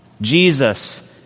Jesus